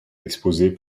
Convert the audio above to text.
exposés